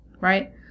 right